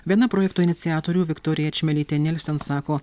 viena projekto iniciatorių viktorija čmilytė nylsen sako